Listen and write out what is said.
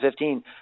2015